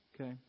okay